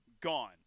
gone